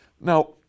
Now